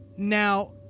Now